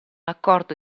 accordo